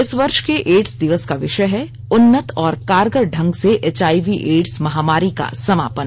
इस वर्ष के एड्स दिवस का विषय है उन्नंत और कारगर ढंग से एचआईवी एड्स महामारी का समापन